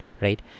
right